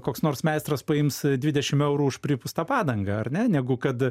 koks nors meistras paims dvidešim eurų už pripūstą padangą ar ne negu kad